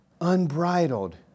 Unbridled